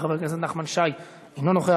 חבר הכנסת נחמן שי, אינו נוכח.